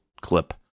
clip